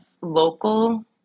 local